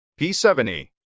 p70